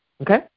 Okay